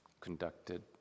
conducted